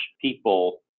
people